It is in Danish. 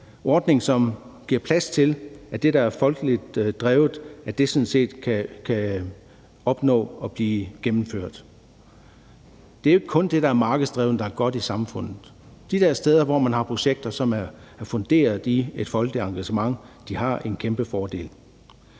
ordning, som giver plads til, at det, der er folkeligt drevet, kan opnå at blive gennemført. Det er jo ikke kun det, der er markedsdrevet, der er godt i samfundet. De der steder, hvor man har projekter, som er funderet i et folkeligt engagement, har en kæmpe fordel.